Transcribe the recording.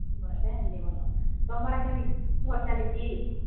ବୋଇଲେ ଏମିତି ଭଲ ତମ ଆଡ଼େ କେମିତି ଭଲ ଚାଲିଛି